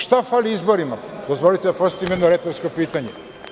Šta fali izborima, dozvolite da postavim jedno retorsko pitanje.